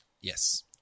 Yes